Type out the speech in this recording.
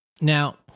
Now